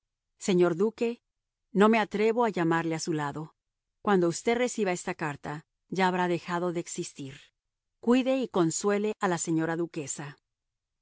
señor duque no me atrevo a llamarle a su lado cuando usted reciba esta carta ya habrá dejado de existir cuide y consuele a la señora duquesa